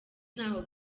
ntaho